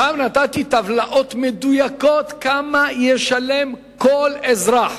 נתתי שם טבלאות מדויקות כמה ישלם כל אזרח.